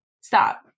stop